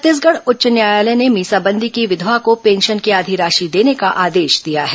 छत्तीसगढ़ उच्च न्यायालय ने मीसाबंदी की विघवा को पेंशन की आधी राशि देने का आदेश दिया है